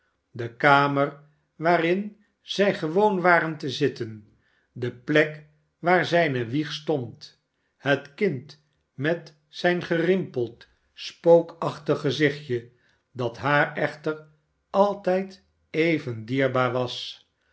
de kamer waarin zij gewoon waren te zitten de plek waar zijne wieg stond het kind met zijn gerimpeld spookachtig gezichtje dat haar echter altijd even dierbaar was